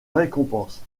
récompense